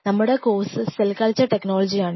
നമ്മുടെ course cell culture technology ആണ്